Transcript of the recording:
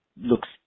looks